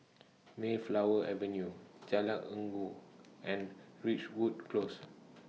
Mayflower Avenue Jalan Inggu and Ridgewood Close